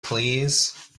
please